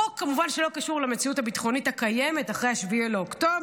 חוק כמובן שלא קשור למציאות הביטחונית הקיימת אחרי 7 באוקטובר,